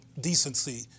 decency